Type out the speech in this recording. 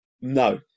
No